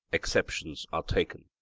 exceptions are taken.